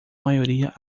maioria